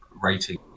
rating